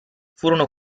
furono